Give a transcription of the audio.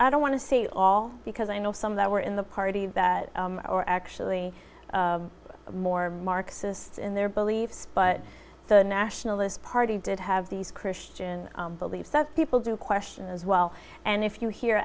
i don't want to see all because i know some that were in the party that are actually more marxists in their beliefs but the nationalist party did have these christian beliefs that people do question as well and if you hear